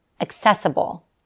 accessible